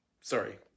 sorry